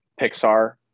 Pixar